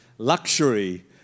luxury